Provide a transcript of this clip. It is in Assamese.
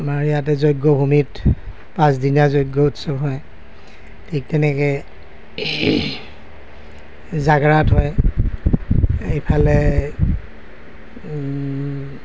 আমাৰ ইয়াতে যজ্ঞভূমিত পাঁচদিনীয়া যজ্ঞ উৎসৱ হয় ঠিক তেনেকে জাগাৰাত হয় এইফালে